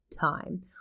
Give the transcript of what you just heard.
time